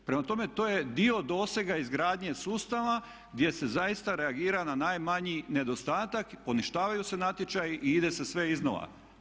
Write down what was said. Prema tome, to je dio dosega izgradnje sustava gdje se zaista reagira na najmanji nedostatak, poništavaju se natječaji i ide se sve iznova.